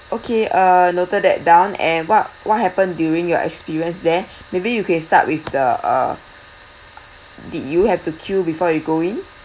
okay uh noted that down and what what happened during your experience there maybe you can start with the uh did you have to queue before you go in